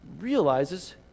realizes